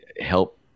help